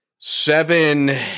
seven